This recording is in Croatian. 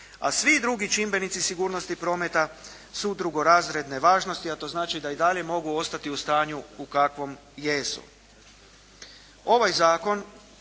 a svi drugi čimbenici sigurnosti prometa su drugorazredne važnosti. A to znači da i dalje mogu ostati u stanju u kakvom jesu.